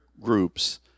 groups